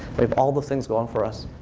we have all the things going for us